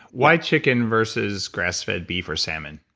why chicken versus grass-fed beef or salmon?